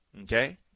okay